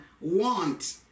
want